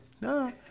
No